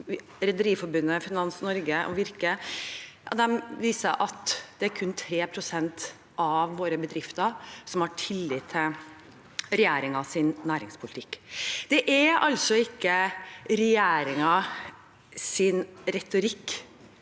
Rederiforbundet, Finans Norge og Virke viser at det er kun 3 pst. av våre bedrifter som har tillit til regjeringens næringspolitikk. Det er altså ikke regjeringens retorikk